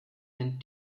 and